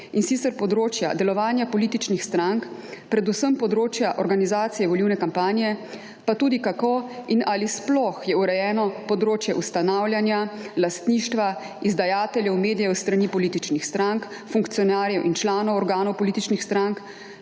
in sicer področja delovanja političnih strank, predvsem področja organizacije volilne kampanje, pa tudi kako in ali sploh je urejeno področje ustanavljanja, lastništva, izdajateljev medijev s strani političnih strank, funkcionarjev in članov organov političnih strank,